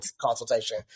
consultation